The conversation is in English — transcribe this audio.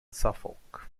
suffolk